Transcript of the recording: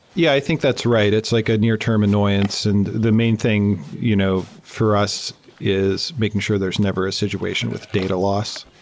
yeah, i think that's right. it's like a near-term annoyance. and the main thing you know for us is making sure there's never a situation with data loss.